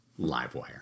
Livewire